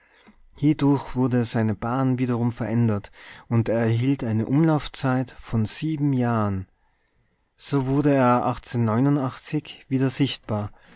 hiedurch wurde seine bahn wiederum verändert und er erhielt eine umlaufzeit von sieben jahren so wurde er wieder sichtbar